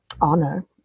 honor